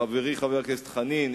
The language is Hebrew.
חברי חבר הכנסת חנין,